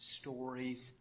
stories